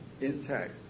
intact